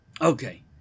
Okay